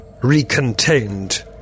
recontained